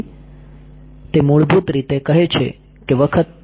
તેથી તે મૂળભૂત રીતે કહે છે કે વખત